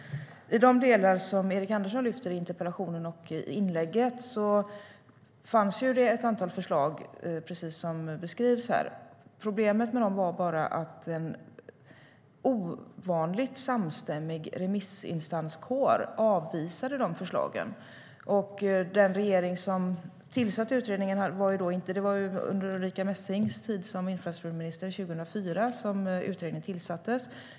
I de delar som Erik Andersson lyfter fram i interpellationen och i sitt inlägg fanns det ett antal förslag, precis som beskrivs här. Problemet med dem var bara att en ovanligt samstämmig remissinstanskår avvisade dessa förslag. Det var 2004, under Ulrica Messings tid som infrastrukturminister, som utredningen tillsattes.